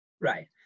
Right